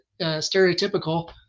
stereotypical